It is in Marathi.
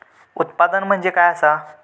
उत्पादन म्हणजे काय असा?